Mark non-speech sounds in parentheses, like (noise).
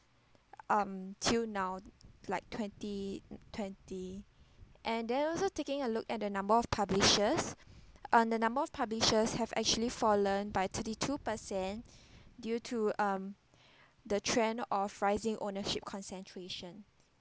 um till now like twenty twenty and then also taking a look at the number of publishers um the number of publishers have actually fallen by thirty two per cent (breath) due to um the trend of rising ownership concentration